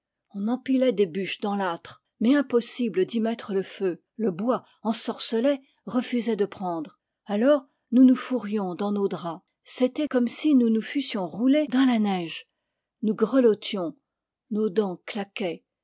on empilait des bûches dans l'âtre mais impossible d'y mettre le feu le bois ensorcelé refusait de prendre alors nous nous fourrions dans nos draps c'était comme si nous nous fussions roulés dans la neige nous grelottions nos dents claquaient